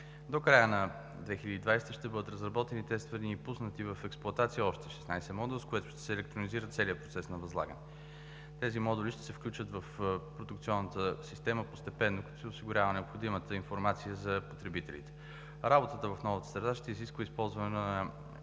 До края на 2020 г. ще бъдат разработени, тествани и пуснати в експлоатация още 16 модула, с което ще се електронизира целият процес на възлагане. Тези модули ще се включат в продукционната система постепенно, като се осигурява необходимата информация за потребителите. Работата в новата среда ще изисква използване на